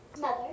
Mother